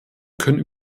können